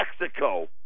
Mexico